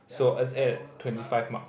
so let's end at twenty five mark at least